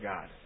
God